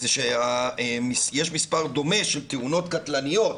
יש מספר דומה של תאונות קטלניות